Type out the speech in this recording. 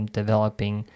developing